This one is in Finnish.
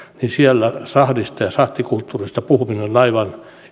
niin siellä sahdista ja sahtikulttuurista puhuminen on aivan